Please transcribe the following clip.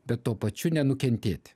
bet tuo pačiu nenukentėti